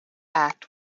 act